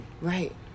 Right